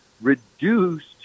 reduced